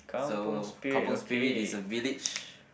so kampung spirit is a village